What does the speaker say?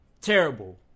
terrible